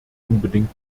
unbedingt